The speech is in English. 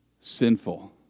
sinful